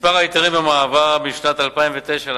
מספר ההיתרים במעבר משנת 2009 לשנת